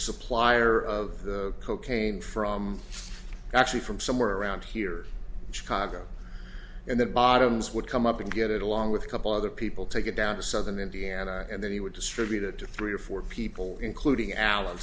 supplier of cocaine from actually from somewhere around here in chicago and that bottoms would come up and get it along with a couple other people take it down to southern indiana and then he would distribute it to three or four people including al